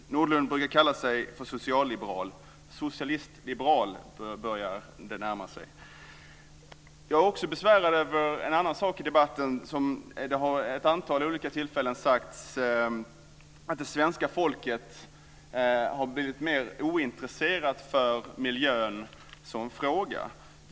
Nordlund brukar kalla sig för socialliberal. Jag tycker att det börjar närma sig socialistliberal. Jag är också besvärad av en annan sak i debatten. Det har vid ett antal olika tillfällen sagts att det svenska folket har blivit mer ointresserat av miljön som fråga.